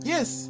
Yes